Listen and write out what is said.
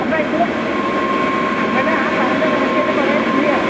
അപ്പോൾ ഇതിന് അപ്പോൾ ഇത് ആ പറഞ്ഞ നിരക്കിൽനിന്ന് കുറയത്തില്ലയോ